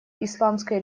исламской